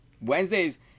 Wednesdays